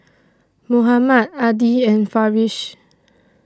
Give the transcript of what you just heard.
Muhammad Adi and Farish